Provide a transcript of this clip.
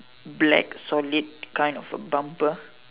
black solid kind of a bumper